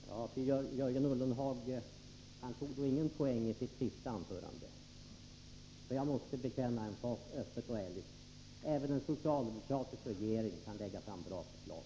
Herr talman! Jörgen Ullenhag tog då ingen poäng i sitt senaste anförande. Jag måste bekänna en sak öppet och ärligt: Även en socialdemokratisk regering kan lägga fram bra förslag.